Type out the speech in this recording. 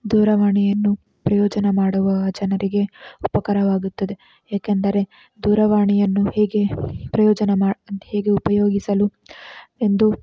ದೂರವಾಣಿಯನ್ನು ಪ್ರಯೋಜನ ಮಾಡುವ ಜನರಿಗೆ ಉಪಕಾರವಾಗುತ್ತದೆ ಏಕೆಂದರೆ ದೂರವಾಣಿಯನ್ನು ಹೇಗೆ ಪ್ರಯೋಜನ ಮಾ ಹೇಗೆ ಉಪಯೋಗಿಸಲು ಎಂದು